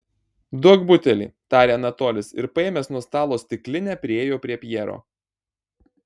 duok butelį tarė anatolis ir paėmęs nuo stalo stiklinę priėjo prie pjero